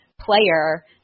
player